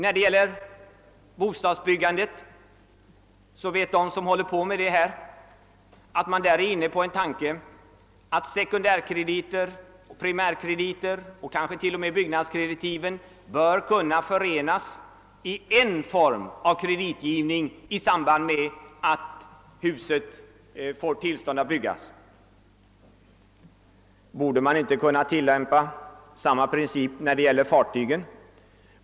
Beträffande bostadsbyggandet känner de som intresserar sig för saken till att man där är inne på tanken att sekundärkrediterna, primärkrediterna och kanske till och med byggnadskreditiven bör kunna förenas till en form av kreditgivning i samband med att byggnadstillstånd lämnas. Borde man inte kunna tillämpa samma princip när det gäller fartyg?